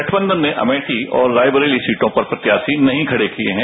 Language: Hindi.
गठबंधन ने अमेठी और रायबरेली सीटों पर प्रत्याशी नहीं खड़े किए हैं